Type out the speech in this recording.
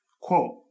quote